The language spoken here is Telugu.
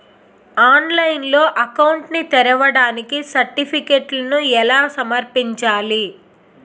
ఆన్లైన్లో అకౌంట్ ని తెరవడానికి సర్టిఫికెట్లను ఎలా సమర్పించాలి?